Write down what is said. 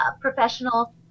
professional